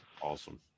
Awesome